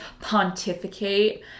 pontificate